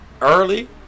early